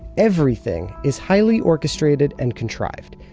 everything is highly orchestrated and contrived.